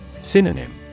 Synonym